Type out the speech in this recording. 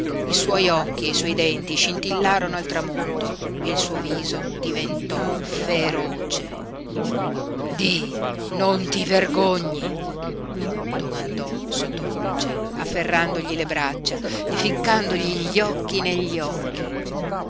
i suoi occhi e i suoi denti scintillarono al tramonto e il suo viso diventò feroce di non ti vergogni domandò sottovoce afferrandogli le braccia e ficcandogli gli occhi negli occhi